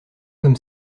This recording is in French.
comme